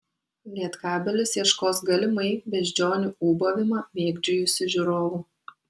lietkabelis ieškos galimai beždžionių ūbavimą mėgdžiojusių žiūrovų